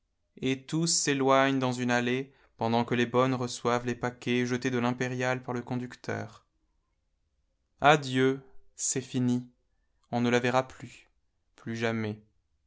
et tous s'éloignent dans une allée pendant que les bonnes reçoivent les paquets jetés de l'impériale par le conducteur adieu c'est fini on ne la verra plus plus jamais